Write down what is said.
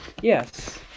Yes